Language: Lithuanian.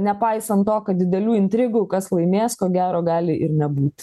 nepaisant to kad didelių intrigų kas laimės ko gero gali ir nebūt